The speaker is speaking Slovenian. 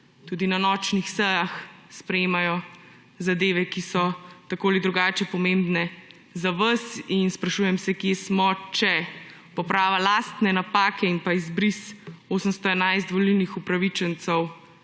tudi na nočnih sejah sprejemajo zadeve, ki so tako ali drugače pomembne za vas, in sprašujem se, kje smo, če poprava lastne napake in izbris 811 volilnih upravičencev